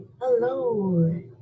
Hello